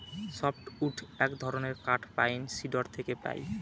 soft wood এক ধরনের কাঠ পাইন, সিডর থেকে পাই